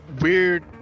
weird